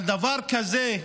על דבר כזה,